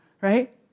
Right